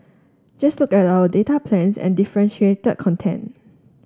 just look at our data plans and differentiated content